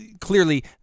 clearly